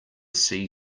see